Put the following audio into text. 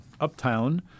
Uptown